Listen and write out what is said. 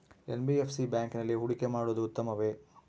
NBFC ಬ್ಯಾಂಕಿನಲ್ಲಿ ಹೂಡಿಕೆ ಮಾಡುವುದು ಉತ್ತಮವೆ?